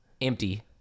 empty